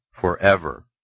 forever